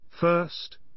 First